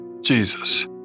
Jesus